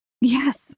Yes